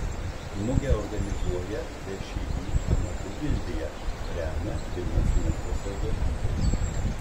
mugę organizuoja všį amatų gildija remia vilniaus miesto savivaldybė